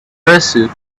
pursuit